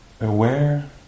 Aware